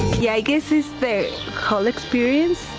yeah gus's phase. alex fees.